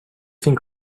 think